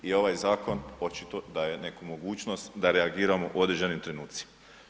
I ovaj zakon očito daje neku mogućnost da reagiramo u određenim trenucima.